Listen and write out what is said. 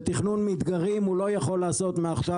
ותכנון מדגרים הוא לא יכול לעשות מעכשיו